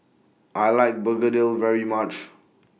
I like Begedil very much